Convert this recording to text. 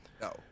No